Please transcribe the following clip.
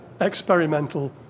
Experimental